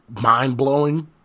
mind-blowing